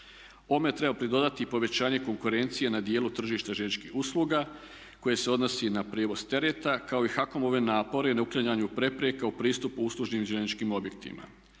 Ovome treba pridodati i povećanje konkurencije na dijelu tržišta željezničkih usluga koje se odnosi na prijevoz tereta kao i HAKOM-ove napore na uklanjanju prepreka u pristupu uslužnim željezničkim objektima.